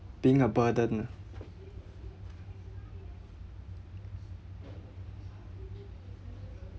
being a burden nah